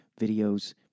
videos